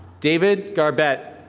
david garbett.